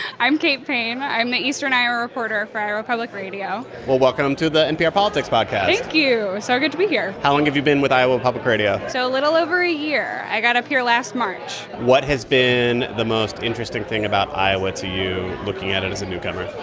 i'm kate payne. i'm the eastern iowa reporter for iowa public radio well, welcome to the npr politics podcast thank you. so good to be here how long have you been with iowa public radio? so a little over a year. i got up here last march what has been the most interesting thing about iowa to you, looking at it as a newcomer?